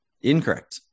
Incorrect